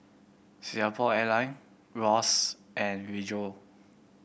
Singapore Airline Wall's and Rejoice